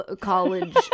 college